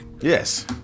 Yes